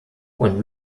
und